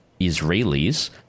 Israelis